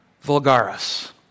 vulgaris